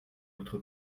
votre